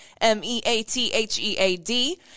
M-E-A-T-H-E-A-D